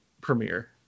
premiere